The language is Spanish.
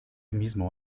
mismo